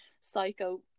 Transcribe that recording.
Psycho